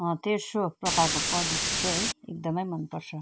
तेर्सो प्रकारको पद्धति चाहिँ है एकदम मन पर्छ